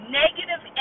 negative